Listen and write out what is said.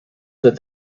that